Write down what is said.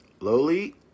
Lowly